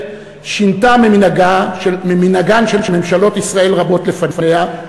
שינתה ממנהגן של ממשלות ישראל רבות לפניה,